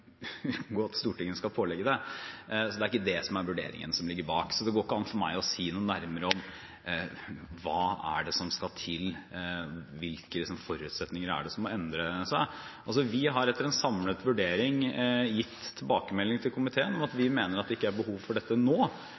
at Stortinget skal pålegge det. Det er ikke det som er vurderingen som ligger bak, så det går ikke an for meg å si noe nærmere om hva som skal til, og hvilke forutsetninger som må endre seg. Vi har etter en samlet vurdering gitt tilbakemelding til komiteen om at vi mener at det ikke er behov for dette nå.